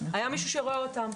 היה מישהו שראה אותם,